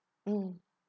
mm